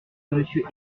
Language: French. monsieur